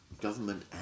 government